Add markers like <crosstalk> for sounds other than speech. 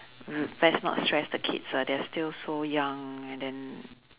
<noise> best not stress the kids ah they're still so young and then